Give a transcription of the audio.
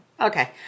Okay